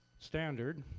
standard